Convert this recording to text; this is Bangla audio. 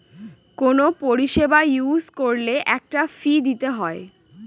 কোনো পরিষেবা ইউজ করলে একটা ফী দিতে হয়